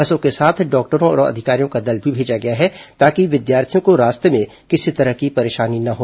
बसों के साथ डॉक्टरों और अधिकारियों का दल भी भेजा गया है ताकि विद्यार्थियों को रास्ते में किसी तरह की परेशानी न हो